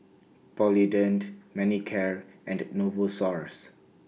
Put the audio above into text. Polident Manicare and Novosource